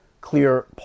clear